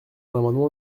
l’amendement